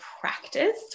practice